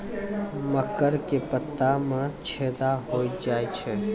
मकर के पत्ता मां छेदा हो जाए छै?